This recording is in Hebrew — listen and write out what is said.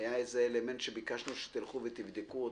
היה איזה אלמנט שביקשנו שתלכו ותבדקו אותו.